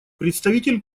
представитель